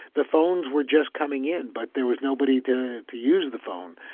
the phones were just coming in, but there was nobody to to use the phone.